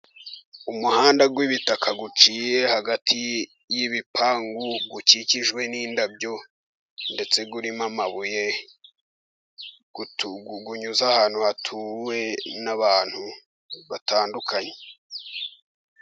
Umuhanda w'ibitaka uciye hagati y'ibipangu ukikijwe n'indabyo ndetse urimo amabuye unyuze ahantu hatuwe n'abantu batandukanye.